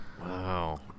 wow